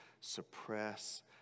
suppress